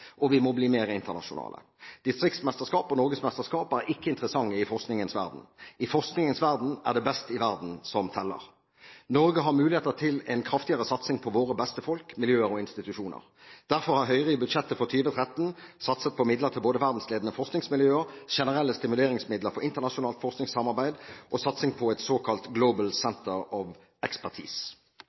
Og vi må bli mer internasjonale. Distriktsmesterskap og norgesmesterskap er ikke interessant i forskningens verden. I forskningens verden er det best i verden som teller. Norge har muligheter til en kraftigere satsing på sine beste folk, miljøer og institusjoner. Derfor har Høyre i budsjettet for 2013 satset på midler til både verdensledende forskningsmiljøer, generelle stimuleringsmidler for internasjonalt forskningssamarbeid og satsing på et såkalt Global